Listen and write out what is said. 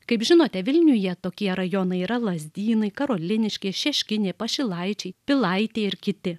kaip žinote vilniuje tokie rajonai yra lazdynai karoliniškės šeškinė pašilaičiai pilaitė ir kiti